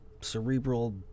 cerebral